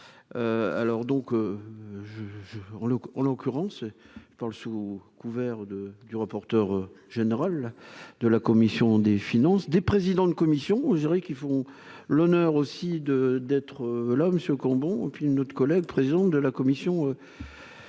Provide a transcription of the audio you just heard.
je, on le en l'occurrence dans sous couvert de du rapporteur général de la commission des finances, des présidents de commission, je dirais, qui font l'honneur aussi de d'être là Monsieur Cambon et puis une autre collègue, présidente de la commission